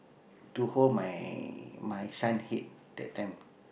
to hold my my son head that time